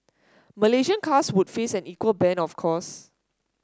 Malaysian cars would face an equal ban of course